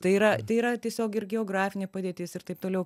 tai yra tai yra tiesiog ir geografinė padėtis ir taip toliau